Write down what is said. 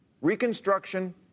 Reconstruction